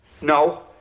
no